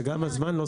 וגם הזמן לא סביר.